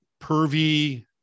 pervy